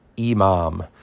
Imam